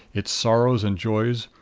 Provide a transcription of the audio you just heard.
its sorrows and joys,